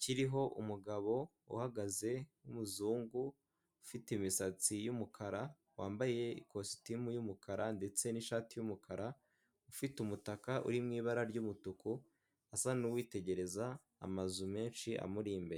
kiriho umugabo uhagaze w'umuzungu ufite imisatsi y'umukara wambaye ikositimu y'umukara ndetse n'ishati y'umukara ufite umutaka uri mu ibara ry'umutuku asa n'uwitegereza amazu menshi amuri imbere.